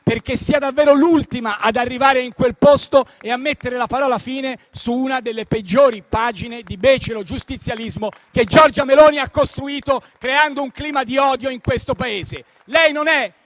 perché sia davvero l'ultima ad arrivare in quel posto e a mettere la parola fine su una delle peggiori pagine di becero giustizialismo, che Giorgia Meloni ha costruito creando un clima di odio in questo Paese.